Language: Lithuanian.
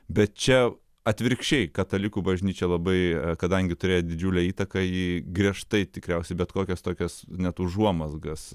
bet čia atvirkščiai katalikų bažnyčia labai kadangi turėjo didžiulę įtaką ji griežtai tikriausiai bet kokias tokias net užuomazgas